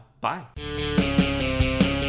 Bye